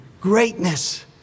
Greatness